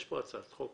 יש פה הצעת חוק